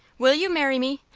will you marry me?